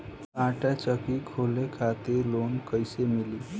आटा चक्की खोले खातिर लोन कैसे मिली?